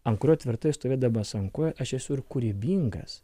ant kurio tvirtai stovėdamas ant kojų aš esu ir kūrybingas